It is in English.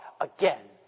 again